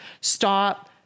Stop